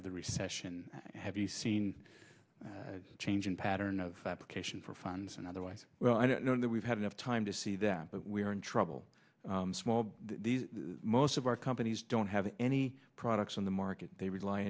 of the recession have you seen a change in pattern of application for funds and otherwise well i don't know that we've had enough time to see that but we are in trouble small most of our companies don't have any products on the market they rely